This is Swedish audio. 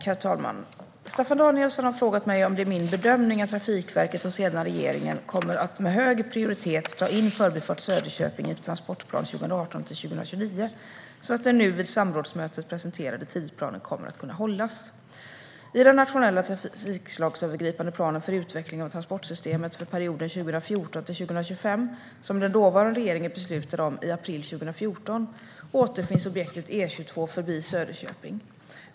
Herr talman! Staffan Danielsson har frågat mig om det är min bedömning att Trafikverket och sedan regeringen kommer att med hög prioritet ta in Förbifart Söderköping i transportplan 2018-2029 så att den nu vid samrådsmöten presenterade tidsplanen kommer att kunna hållas. I den nationella trafikslagsövergripande planen för utveckling av transportsystemet för perioden 2014-2025 som den dåvarande regeringen beslutade om i april 2014 återfinns objektet E22 Förbi Söderköping.